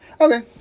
Okay